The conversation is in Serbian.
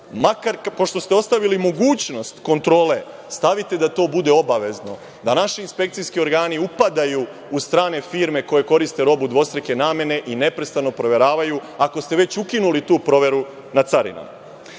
makar pošto ste ostavili mogućnost kontrole, stavite da to bude obavezno, da naši inspekcijski organi upadaju u strane firme koje koriste robu dvostruke namene i neprestano proveravaju, ako ste već ukinuli tu proveru na carini. Meni